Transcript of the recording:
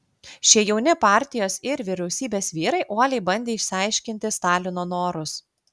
šie jauni partijos ir vyriausybės vyrai uoliai bandė išsiaiškinti stalino norus